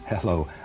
Hello